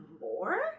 more